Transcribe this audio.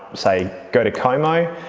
say, go to como,